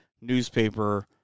newspaper